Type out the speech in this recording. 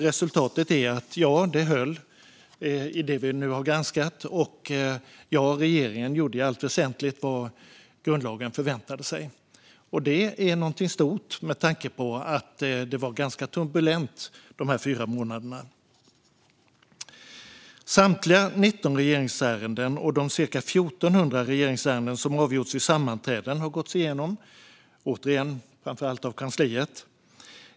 Resultatet är att ja, det höll i det vi nu har granskat och ja, regeringen gjorde i allt väsentligt vad grundlagen förväntade sig. Det är någonting stort med tanke på att det var ganska turbulenta fyra månader. Samtliga 19 regeringssammanträden och de ca 1 400 regeringsärenden som avgjorts vid sammanträdena har gåtts igenom, återigen framför allt av kansliet.